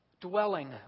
Dwelling